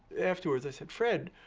afterwards i said, fred,